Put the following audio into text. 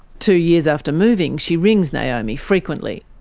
two years after moving, she rings naomi frequently.